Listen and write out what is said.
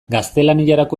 gaztelaniarako